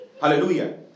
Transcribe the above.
Hallelujah